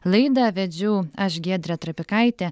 laidą vedžiau aš giedrė trapikaitė